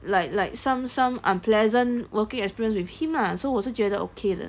like like some some unpleasant working experience with him lah so 我是觉得 okay 的